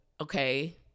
okay